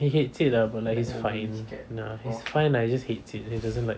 he hates it lah but like it's fine uh it's fine lah he just hates it he doesn't like